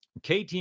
KTM